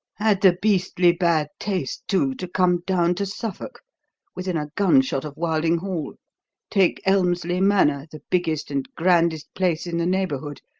had the beastly bad taste, too, to come down to suffolk within a gunshot of wilding hall take elmslie manor, the biggest and grandest place in the neighbourhood,